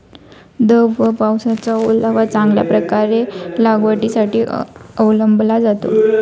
दव व पावसाचा ओलावा चांगल्या प्रकारे लागवडीसाठी अवलंबला जातो